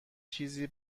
چیزی